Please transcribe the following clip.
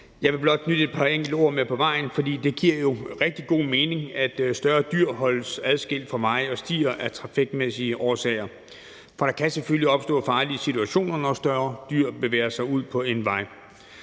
Jeg vil blot knytte et par enkelte ord til det. Det giver jo rigtig god mening, at større dyr holdes adskilt fra veje og stier af trafikmæssige årsager, for der kan selvfølgelig opstå farlige situationer, når større dyr bevæger sig ud på en vej,